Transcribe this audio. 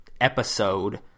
episode